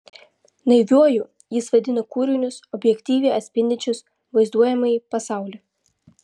naiviuoju jis vadina kūrinius objektyviai atspindinčius vaizduojamąjį pasaulį